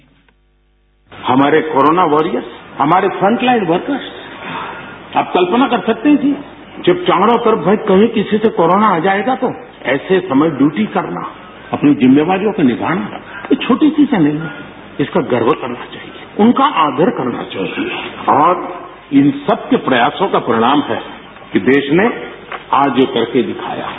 bite हमारे corona warriors हमारे front line workers आप कल्पना कर सकते हैं कि जब चारों तरफ भय कहीं किसी से कोरोना आ जाएगा तो ऐसे समय ड्यूटी करना अपनी जिम्मेवारियों को निभाना छोटी चीजों पर गर्व होना चाहिए उनका आदर कना चाहिए और इन सबके प्रयासों को प्रणाम करें कि देश ने आज ये करके दिखाया है